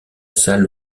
salle